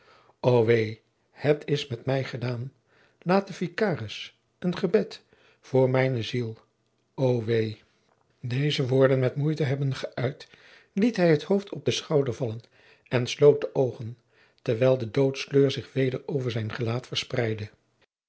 wee het is met mij gedaan laat de vikaris een gebed voor mijne ziel o wee deze woorden met moeite hebbende gëuit liet hij het hoofd op den schouder vallen en sloot de oogen terwijl de doodskleur zich weder over zijn gelaat verspreidde